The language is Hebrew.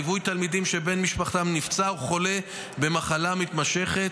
ליווי תלמידים שבן משפחתם נפצע או חולה במחלה מתמשכת,